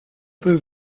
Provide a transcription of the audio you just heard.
peut